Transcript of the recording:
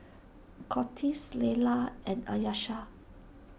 Cortez Laylah and Ayesha